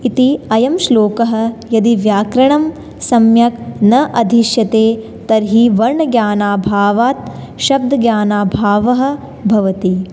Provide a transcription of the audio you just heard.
इति अयं श्लोकः यदि व्याकरणं सम्यक् न अधीष्यते तर्हि वर्णज्ञानाभावात् शब्दज्ञानाभावः भवति